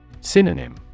Synonym